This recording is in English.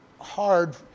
hard